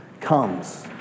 comes